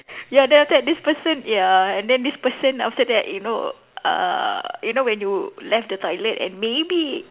ya then after that this person ya and then this person after that you know uh you know when you left the toilet and maybe